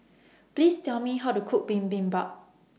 Please Tell Me How to Cook Bibimbap